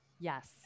Yes